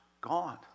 gone